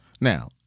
Now